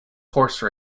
horse